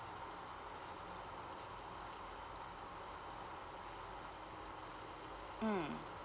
mm